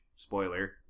Spoiler